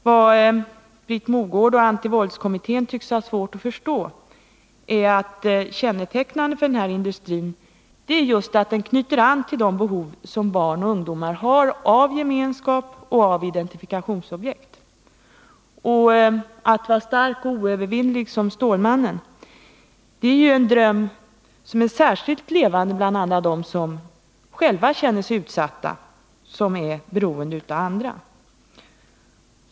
Vad Britt Mogård och antivåldskommittén tycks ha svårt att förstå är att kännetecknande för denna industri är just att den knyter an till de behov av gemenskap och av identifikationsobjekt som barn och ungdomar har. Att vara stark och oövervinnelig som Stålmannen är en dröm som är särskilt levande bland alla dem som själva känner sig utsatta och beroende av andra.